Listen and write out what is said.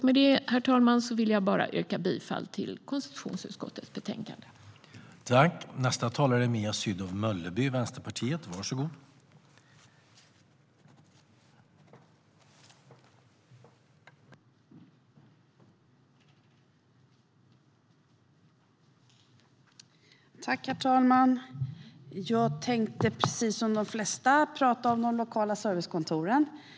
Med detta, herr talman, vill jag yrka bifall till konstitutionsutskottets förslag till beslut.